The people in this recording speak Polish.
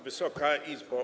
Wysoka Izbo!